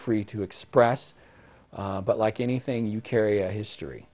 free to express but like anything you carry a history